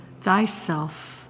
thyself